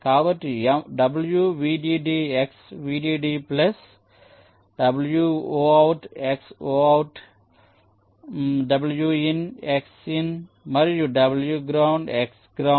కాబట్టి w vdd x vdd plus w out x out w in x in మరియు w ground x ground హారం లో కేవలం బరువుల మొత్తం మాత్రమే